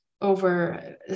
over